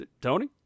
Tony